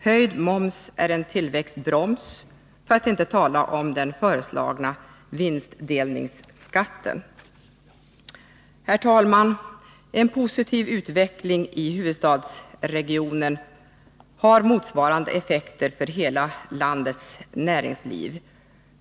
Höjd moms är en tillväxtbroms, för att inte tala om den föreslagna vinstdelningsskatten. Herr talman! En positiv utveckling i huvudstadsregionen har motsvarande effekter för hela landets näringsliv.